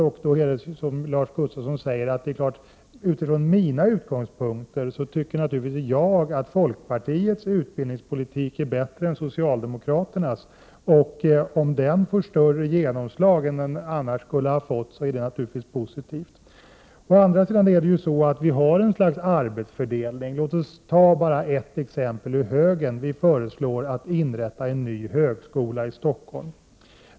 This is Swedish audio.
Jag tycker naturligtvis att folkpartiets utbildningspolitik är bättre än socialdemokrater nas. Om den får större genomslag än den annars skulle ha fått, är det naturligtvis positivt. Å andra sidan har vi ju ett slags arbetsfördelning. Låt mig ta ett exempel ur högen. Utskottet föreslår att en ny idrottshögskola skall inrättas i Stockholm.